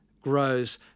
grows